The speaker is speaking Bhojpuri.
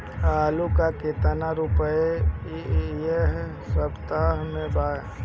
आलू का कितना रुपया किलो इह सपतह में बा?